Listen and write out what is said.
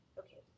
okay